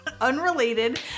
Unrelated